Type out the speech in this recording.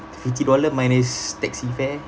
fifty dollar minus taxi fare